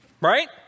Right